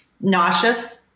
nauseous